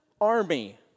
army